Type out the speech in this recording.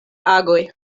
agoj